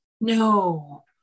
no